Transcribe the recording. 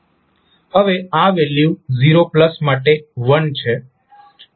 હવે આ વેલ્યુ 0 માટે 1 છે